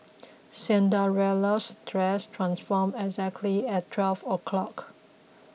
Cinderella's dress transformed exactly at twelve o'clock